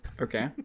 Okay